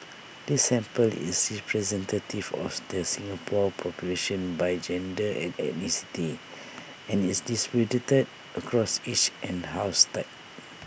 the sample is representative of the Singapore population by gender and ethnicity and is distributed across age and housing type